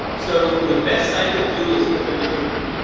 so the best i could do is put her in a footnote.